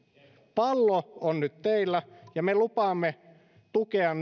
pallo on nyt teillä ja me lupaamme tukea